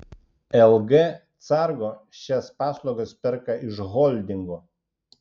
lg cargo šias paslaugas perka iš holdingo